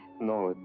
no,